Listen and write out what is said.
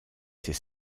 ses